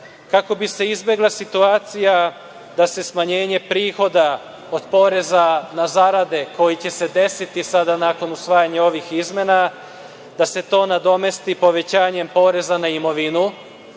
kako bi se izbegla situacija da se smanjenje prihoda od poreza na zarade koje će se desiti nakon usvajanja ovih izmena, da se to nadomesti povećanjem poreza na imovinu,